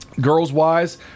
Girls-wise